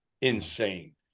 Insane